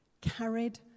carried